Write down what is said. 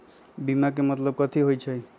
बीमा के मतलब कथी होई छई?